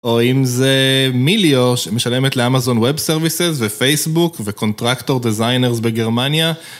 או אם זה מיליו, שמשלמת לאמזון וב סרוויסס, ופייסבוק וקונטרקטור דזיינרס בגרמניה